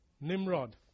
Nimrod